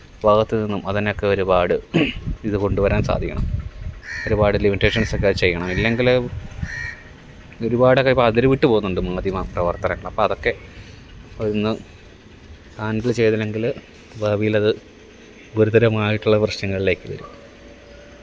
ഭാഗത്ത് നിന്നും അതിനൊക്കെ ഒരുപാട് ഇത് കൊണ്ടുവരാന് സാധിക്കണം ഒരുപാട് ലിമിറ്റേഷന്സ് ഒക്കെ ചെയ്യണം ഇല്ലെങ്കില് ഒരുപാടൊക്കെ ഇപ്പം അതിര് വിട്ട് പോകുന്നുണ്ട് മാധ്യമപ്രവര്ത്തകരോക്കെ അപ്പം അതൊക്കെ ഒന്ന് ഹാന്ഡില് ചെയ്തില്ലെങ്കില് ഭാവിയിലത് ഗുരുതരമായിട്ടുള്ള പ്രശ്നങ്ങളിലേക്ക് വരും